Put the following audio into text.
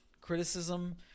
criticism